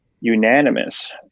unanimous